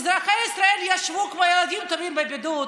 אזרחי ישראל ישבו כמו ילדים טובים בבידוד,